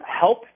help